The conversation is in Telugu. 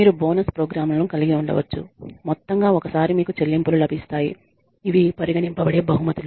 మీరు బోనస్ ప్రోగ్రామ్లను కలిగి ఉండవచ్చు మొత్తంగా ఒక సారి మీకు చెల్లింపులు లభిస్తాయి ఇవి పరిగణింపబడే బహుమతులు